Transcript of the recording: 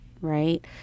right